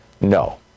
No